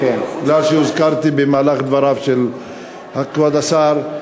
מכיוון שהוזכרתי במהלך דבריו של כבוד השר,